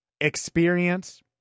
Experience